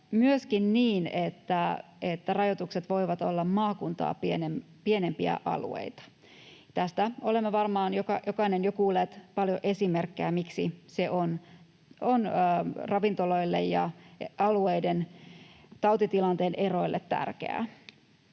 myöskin niin, että rajoitukset voivat koskea maakuntaa pienempiä alueita. Tästä olemme varmaan jokainen jo kuulleet paljon esimerkkejä, miksi se on ravintoloille ja alueiden tautitilanteen erojen vuoksi tärkeää.